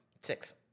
Six